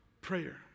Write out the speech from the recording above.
Prayer